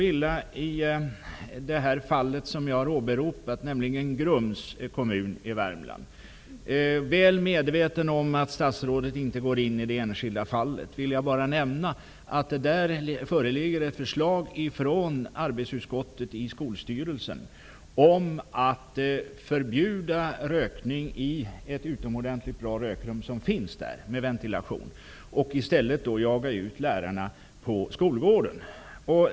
I det fall som jag har åberopat, nämligen det i Grums kommun i Värmland -- väl medveten om att statsrådet inte går in i det enskilda fallet -- föreligger ett förslag från arbetsutskottet i Skolstyrelsen om att förbjuda rökning i ett befintligt, utomordentligt bra, rökrum med ventilation. I stället skall lärarna jagas ut på skolgården.